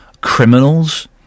Criminals